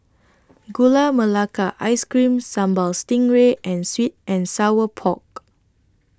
Gula Melaka Ice Cream Sambal Stingray and Sweet and Sour Pork